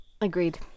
agreed